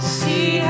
see